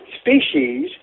species